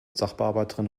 sachbearbeiterin